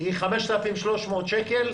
היא 5,300 שקל,